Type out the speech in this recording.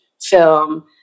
film